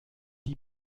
die